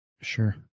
Sure